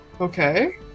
Okay